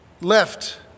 left